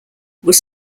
was